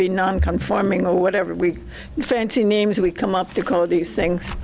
be non conforming or whatever we fancy names we come up to all of these things